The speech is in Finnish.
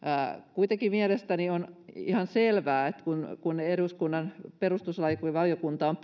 kuitenkin mielestäni on ihan selvää että kun kun eduskunnan perustuslakivaliokunta on